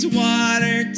water